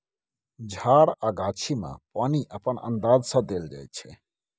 झार आ गाछी मे पानि अपन अंदाज सँ देल जाइ छै